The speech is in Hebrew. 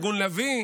ארגון לביא,